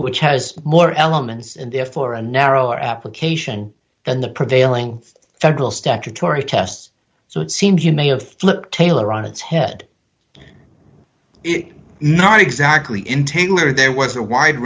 which has more elements and therefore a narrower application than the prevailing federal statutory tests so it seems you may have flipped tailor on its head it not exactly in tailor there was a wide